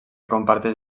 comparteix